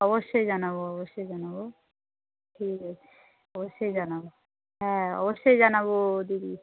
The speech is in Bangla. অবশ্যই জানাবো অবশ্যই জানাবো ঠিক আছে অবশ্যই জানাবো হ্যাঁ অবশ্যই জানাবো দিদি